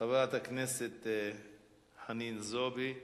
חברת הכנסת חנין זועבי,